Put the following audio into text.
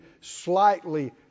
slightly